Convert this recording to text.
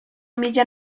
milla